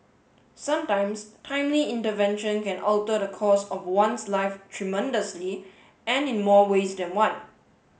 sometimes timely intervention can alter the course of one's life tremendously and in more ways than one